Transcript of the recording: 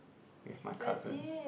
with my cousin